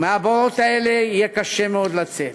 ומהבורות האלה יהיה קשה מאוד לצאת.